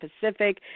Pacific